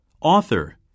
Author